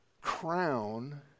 crown